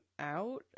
out